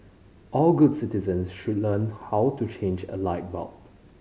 all good citizens should learn how to change a light bulb